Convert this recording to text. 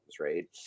right